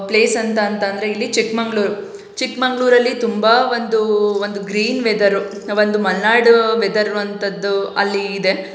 place ಅಂತ ಅಂತಂದರೆ ಇಲ್ಲಿ ಚಿಕ್ಮಗ್ಳೂರು ಚಿಕ್ಮಗ್ಳೂರಲ್ಲಿ ತುಂಬ ಒಂದು ಒಂದು ಗ್ರೀನ್ ವೆದರು ಒಂದು ಮಲೆನಾಡು ವೆದರ್ರು ಅಂಥದ್ದು ಅಲ್ಲಿ ಇದೆ